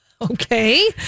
Okay